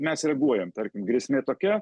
mes reaguojam tarkim grėsmė tokia